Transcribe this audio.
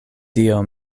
dio